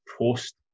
post